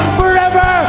forever